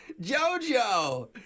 jojo